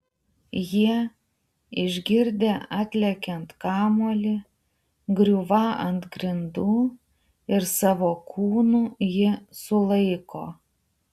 jie išgirdę atlekiant kamuolį griūvą ant grindų ir savo kūnu jį sulaiko